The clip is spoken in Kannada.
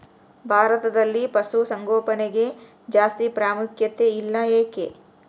ಭಾರತದಲ್ಲಿ ಪಶುಸಾಂಗೋಪನೆಗೆ ಜಾಸ್ತಿ ಪ್ರಾಮುಖ್ಯತೆ ಇಲ್ಲ ಯಾಕೆ?